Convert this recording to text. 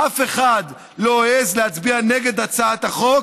אף אחד לא העז להצביע נגד הצעת החוק,